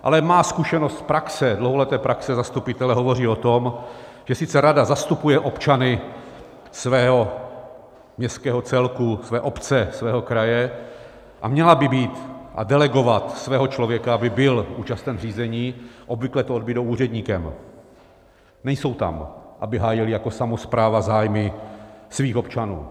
Ale má zkušenost z praxe, dlouholeté praxe zastupitele hovoří o tom, že sice rada zastupuje občany svého městského celku, své obce, svého kraje a měla by být a delegovat svého člověka, aby byl účasten řízení, obvykle to odbydou úředníkem, nejsou tam, aby hájili jako samospráva zájmy svých občanů.